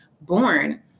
born